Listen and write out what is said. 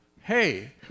Hey